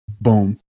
Boom